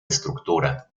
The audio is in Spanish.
estructura